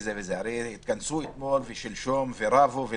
הרי התכנסו אתמול ושלשום ורבו,